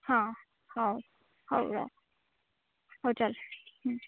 ହଁ ହଉ ହଉ ରହ ହଉ ଚାଲ ହମ୍ମ